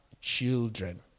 children